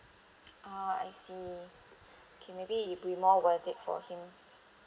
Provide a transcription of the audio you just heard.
ah I see okay maybe it'll be more worth it for him